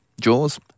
Jaws